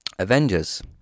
Avengers